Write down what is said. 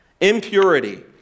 Impurity